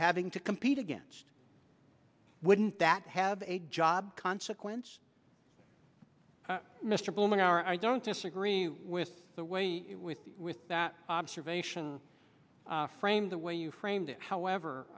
having to compete against wouldn't that have a job consequence mr bowman r i don't disagree with the way it with with that observation framed the way you framed it however